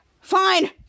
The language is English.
Fine